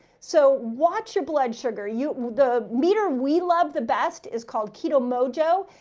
so watch your blood sugar, you know the meter we love the best is called keto mojo.